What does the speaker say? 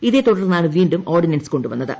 ഇതേ തുടർന്നാണ് വീണ്ടും ഓർഡിനൻസ് കൊണ്ടുവന്നത്